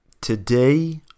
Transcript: Today